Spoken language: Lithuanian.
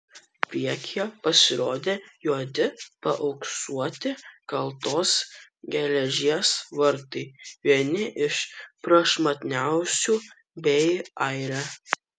priekyje pasirodė juodi paauksuoti kaltos geležies vartai vieni iš prašmatniausių bei aire